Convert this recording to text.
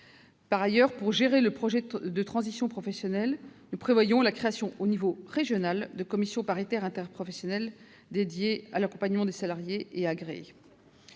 Par ailleurs, pour gérer le projet de transition professionnelle, nous prévoyons la création au niveau régional de commissions paritaires interprofessionnelles dédiées à l'accompagnement des salariés et agréées